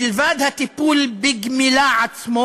מלבד הטיפול עצמו בגמילה,